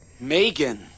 Megan